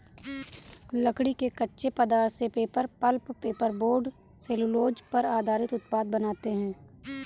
लकड़ी के कच्चे पदार्थ से paper, pulp, paper board, cellulose पर आधारित उत्पाद बनाते हैं